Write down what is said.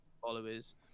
followers